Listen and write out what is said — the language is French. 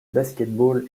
basketball